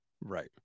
Right